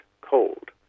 cold